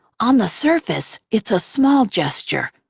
on the surface, it's a small gesture.